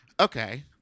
Okay